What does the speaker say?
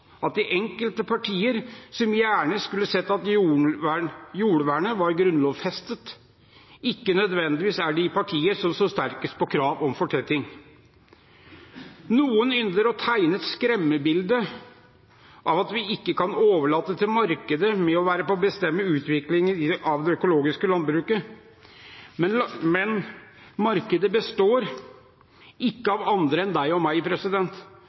at de partier som gjerne skulle sett at jordvernet var grunnlovfestet, ikke nødvendigvis er de partier som står sterkest på krav om fortetting. Noen ynder å tegne et skremmebilde av at vi ikke kan overlate til markedet å være med på å bestemme utviklingen av det økologiske landbruket, men markedet består ikke av andre enn deg og meg,